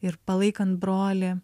ir palaikant brolį